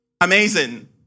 Amazing